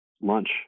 lunch